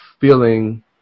feeling